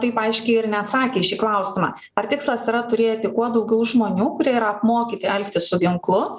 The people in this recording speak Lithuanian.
taip aiškiai ir neatsakė į šį klausimą ar tikslas yra turėti kuo daugiau žmonių kurie yra apmokyti elgtis su ginklu